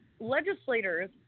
legislators